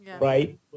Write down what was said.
right